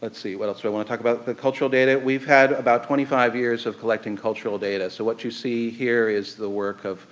let's see, what else do i want to talk about the cultural data we've had about twenty five years of collecting cultural data, so what you see here is the work of